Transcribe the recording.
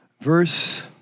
verse